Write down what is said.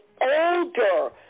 older